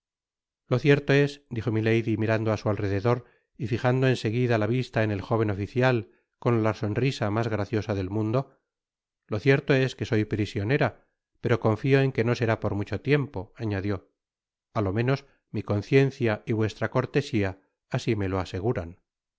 lo cierto es dijo milady mirando á su alrededor y fijando en seguida la vista en el jóven oficial con la sonrisa mas graciosa del mundo lo cierto es que soy prisionera pero confio en que no será por mucho tiempo añadió alo menos mi conciencia y vuestra cortesia asi me lo aseguran